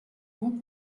bon